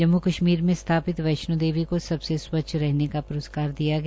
जम्मू कश्मीर में स्थापित वैष्णोदेवी को सबसे स्वच्छ रहने का प्रस्कार दिया गया